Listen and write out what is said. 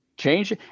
Change